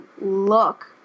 look